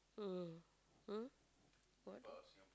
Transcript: mm um what